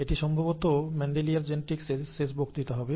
এটি সম্ভবত মেন্ডেলিয়ার জেনেটিক্সের শেষ বক্তৃতা হবে